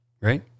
Right